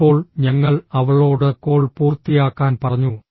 ഇപ്പോൾ ഞങ്ങൾ അവളോട് കോൾ പൂർത്തിയാക്കാൻ പറഞ്ഞു